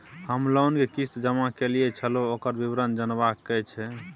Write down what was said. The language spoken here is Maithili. हम लोन के किस्त जमा कैलियै छलौं, ओकर विवरण जनबा के छै?